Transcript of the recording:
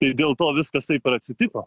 tai dėl to viskas taip ir atsitiko